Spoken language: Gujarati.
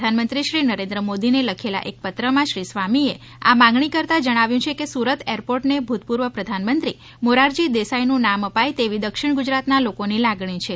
પ્રધાનમંત્રી શ્રી નરેન્દ્ર મોદીને લખેલા એક પત્રમાં શ્રી સ્વામીએ આ માંગણી કરતા જણાવ્યું છે કે સુરત એરપોર્ટને ભૂતપૂર્વ પ્રધાનમંત્રી મોરારજી દેસાઈનું નામ અપાય તેવી દક્ષિણ ગુજરાતના લોકોની લાગણી છે